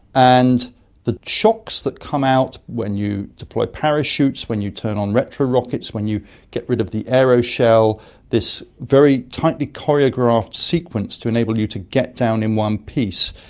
and the chocks that come out when you deploy parachutes, when you turn on retro-rockets, when you get rid of the aero-shell, this very tightly choreographed sequence to enable you to get down in one piece,